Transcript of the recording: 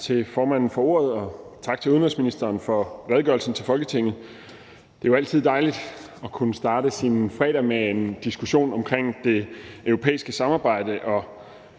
Tak til formanden for ordet, og tak til udenrigsministeren for redegørelsen til Folketinget. Det er jo altid dejligt at kunne starte sin fredag med en diskussion om det europæiske samarbejde